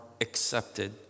accepted